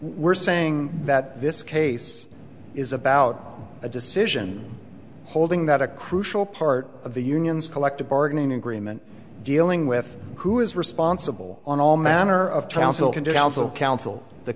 we're saying that this case is about a decision holding that a crucial part of the union's collective bargaining agreement dealing with who is responsible on all manner of townsel